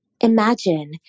Imagine